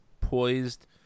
poised